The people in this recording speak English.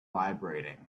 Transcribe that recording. vibrating